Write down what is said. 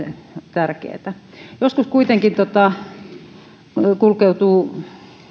tärkeätä joskus kuitenkin kulkeutuu